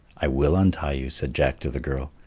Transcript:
i will untie you, said jack to the girl,